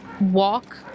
walk